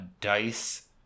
dice